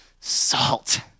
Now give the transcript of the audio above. salt